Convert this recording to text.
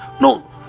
No